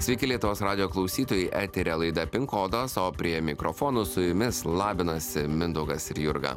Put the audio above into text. sveiki lietuvos radijo klausytojai eteryje laida pinkodas o prie mikrofono su jumis labinasi mindaugas ir jurga